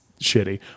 shitty